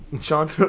Sean